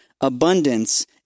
abundance